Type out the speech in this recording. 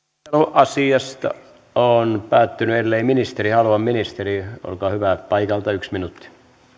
asiasta on päättynyt ellei ministeri halua puheenvuoroa ministeri olkaa hyvä paikalta yksi minuutti